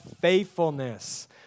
faithfulness